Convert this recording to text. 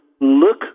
look